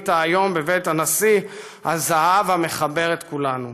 כינית היום בבית הנשיא "הזהב המחבר את כולנו".